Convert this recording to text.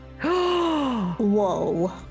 Whoa